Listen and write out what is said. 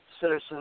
citizens